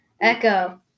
Echo